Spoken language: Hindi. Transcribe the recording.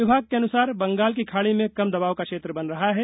विभाग के अनुसार बंगाल की खाड़ी में कम दबाव का क्षेत्र बन रहा है